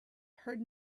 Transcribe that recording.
heard